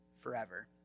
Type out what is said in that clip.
forever